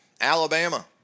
Alabama